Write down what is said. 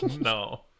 No